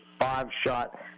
five-shot